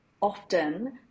often